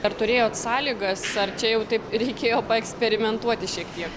ar turėjot sąlygas ar čia jau taip reikėjo paeksperimentuoti šiek tiek